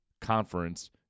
conference